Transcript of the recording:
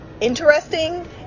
interesting